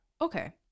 Okay